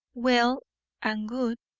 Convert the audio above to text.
well and good,